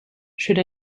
should